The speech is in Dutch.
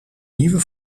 nieuwe